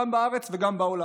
גם בארץ וגם בעולם.